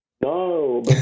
no